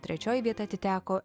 trečioji vieta atiteko